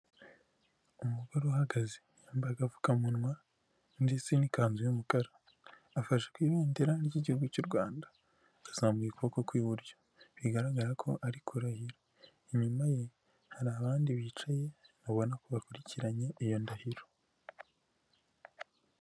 Umugore uhagaze yambaraga apfukamunwa ndetse n'ikanzu y'umukara, afashe ku ibendera ry'igihugu cy'u Rwanda, azamuye ukuboko kw'iburyo bigaragara ko ari korahira inyuma ye hari abandi bicaye ubona ko bakurikiranye iyo ndahiro.